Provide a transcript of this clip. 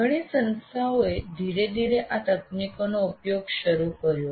ઘણી સંસ્થાઓએ ધીરે ધીરે આ તકનીકોનો ઉપયોગ શરૂ કર્યો